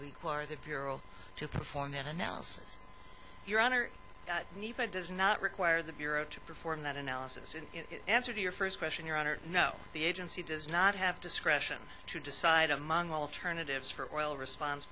require the bureau to perform an analysis your honor nepa does not require the bureau to perform that analysis in answer to your first question your honor no the agency does not have discretion to decide among alternatives for oil respon